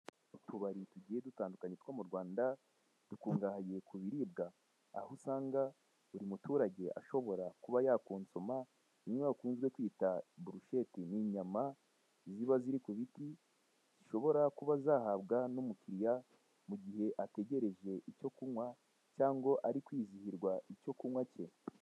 Utubari tugiye dutandukanye two mu Rwanda dukungahaye ku biribwa aho usanga buri muturage ashobora kuba yakonsoma bimwe bakunze kwita burusheti, ni inyama ziba ziri ku biti zishobora kuba zahabwa n'umukiriya mu gihe ategereje icyo kunywa cyangwa ari kwizihirwa icyo kunywa cye.